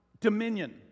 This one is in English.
dominion